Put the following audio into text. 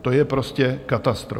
To je prostě katastrofa.